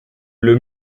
est